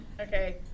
Okay